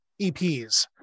EPs